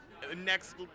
next